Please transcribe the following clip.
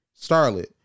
Starlet